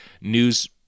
news